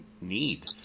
need